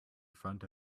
front